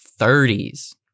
30s